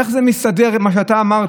איך זה מסתדר עם מה שאתה אמרת,